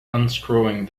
unscrewing